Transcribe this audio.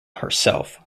herself